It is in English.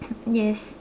yes